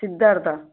Siddhartha